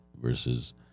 Versus